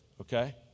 okay